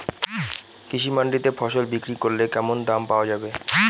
কৃষি মান্ডিতে ফসল বিক্রি করলে কেমন দাম পাওয়া যাবে?